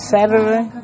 Saturday